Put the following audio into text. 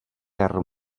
guerra